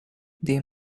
they